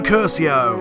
Curcio